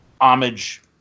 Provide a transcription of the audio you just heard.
homage